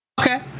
Okay